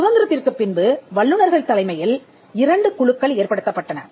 எனவே சுதந்திரத்திற்குப் பின்பு வல்லுனர்கள் தலைமையில் இரண்டு குழுக்கள் ஏற்படுத்தப்பட்டன